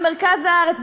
במרכז הארץ,